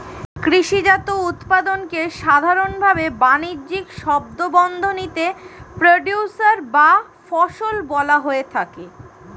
কৃষিজাত উৎপাদনকে সাধারনভাবে বানিজ্যিক শব্দবন্ধনীতে প্রোডিউসর বা ফসল বলা হয়ে থাকে